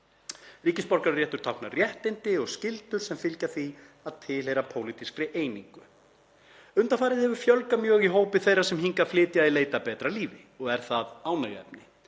Ríkisborgararéttur táknar réttindi og skyldur sem fylgja því að tilheyra pólitískri einingu. Undanfarið hefur fjölgað mjög í hópi þeirra sem hingað flytja í leit að betra lífi og er það ánægjuefni.